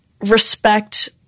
respect